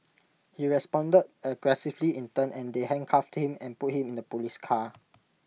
he responded aggressively in turn and they handcuffed him and put him in the Police car